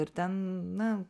ir ten na